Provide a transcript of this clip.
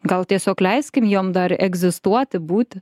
gal tiesiog leiskim jom dar egzistuoti būti